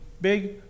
big